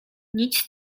nic